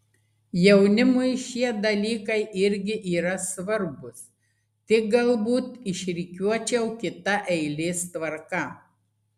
jaunimui šie dalykai irgi yra svarbūs tik galbūt išrikiuočiau kita eilės tvarka